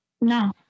No